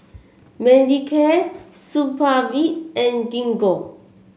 Manicare Supravit and Gingko